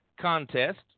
Contest